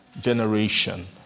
generation